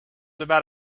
about